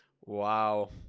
wow